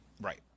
Right